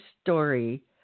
story